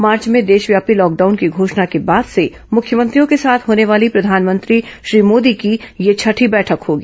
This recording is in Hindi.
मार्च में देशव्यापी लॉकडाउन की घोषणा के बाद से मुख्यमंत्रियों के साथ होने वाली प्रधानमंत्री श्री मोदी की यह छठी बैठक होगी